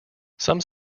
some